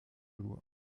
loi